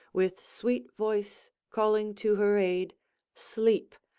with sweet voice calling to her aid sleep,